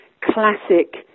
classic